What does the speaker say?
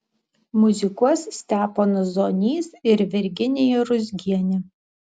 muzikuos steponas zonys ir virginija ruzgienė